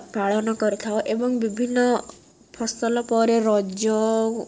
ପାଳନ କରିଥାଉ ଏବଂ ବିଭିନ୍ନ ଫସଲ ପରେ ରଜ